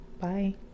Bye